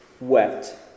wept